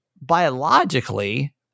biologically